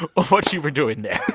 but what you were doing there?